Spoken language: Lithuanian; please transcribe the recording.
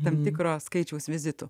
tam tikro skaičiaus vizitų